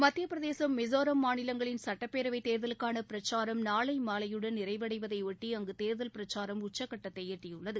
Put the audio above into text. மத்தியப்பிரதேசும் மிசோராம் மாநிலங்களின் சட்டப்பேரவை தேர்தல்களுக்கான பிரச்சாரம் நாளை மாலையுடன் நிறைவடைவதை ஒட்டி அங்கு தேர்தல் பிரச்சாரம் உச்சக்கட்டததை எட்டியுள்ளது